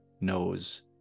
knows